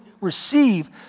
receive